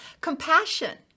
Compassion